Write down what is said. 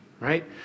right